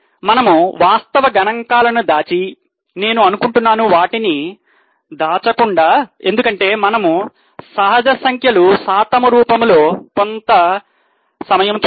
మనము వాస్తవ గణాంకాలను దాచి నేను అనుకుంటున్నాను వాటిని దాచకుండా ఎందుకంటే మనము సహజ సంఖ్యలు శాతము రూపములో కొంత సమయం చూద్దాం